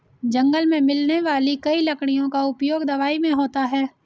जंगल मे मिलने वाली कई लकड़ियों का उपयोग दवाई मे होता है